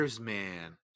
man